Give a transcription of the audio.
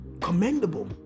commendable